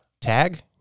tag